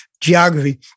geography